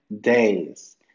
days